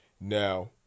Now